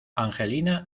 angelina